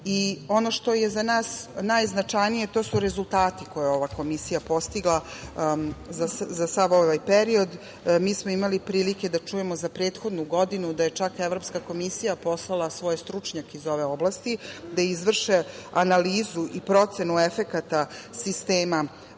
što je za nas najznačajnije, to su rezultati koje je ova Komisija postigla za sav ovaj period. Mi smo imali prilike da čujemo za prethodnu godinu da je čak Evropska komisija poslala svoje stručnjake iz ove oblasti da izvrše analizu u procenu efekata sistema kontrole